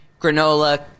granola